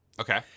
Okay